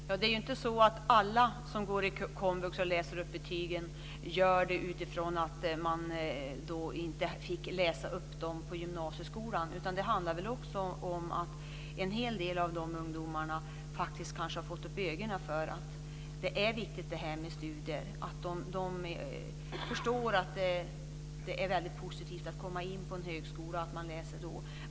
Fru talman! Det är inte så att alla som går på komvux och läser upp betygen gör det utifrån att man inte fick läsa upp dem i gymnasieskolan. Det handlar väl också om att en hel del av de ungdomarna har fått upp ögonen för att det är viktigt med studier. De förstår att det är positivt att komma in på en högskola och att man då läser.